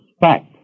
fact